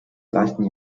gleichen